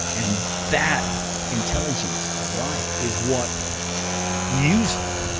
and that intelligence of life is what uses them.